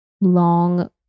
long